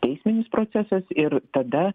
teisminis procesas ir tada